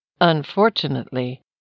Unfortunately